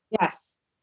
Yes